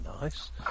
nice